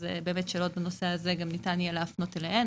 אז באמת שאלות בנושא הזה גם ניתן יהיה להפנות אליהם,